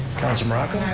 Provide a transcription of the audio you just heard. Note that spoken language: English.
councilor morocco? alright,